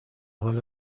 حال